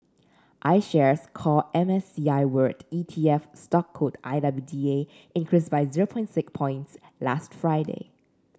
IShares Core M S C I World E T F stock code I W D A increased by zero point six points last Friday